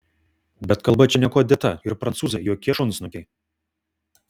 bet kalba čia niekuo dėta ir prancūzai jokie šunsnukiai